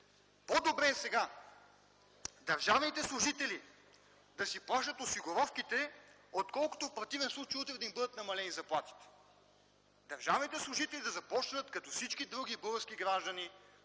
по-добре е сега държавните служители да си плащат осигуровките, отколкото, в противен случай утре да им бъдат намалени заплатите. Държавните служители да започнат като всички други български граждани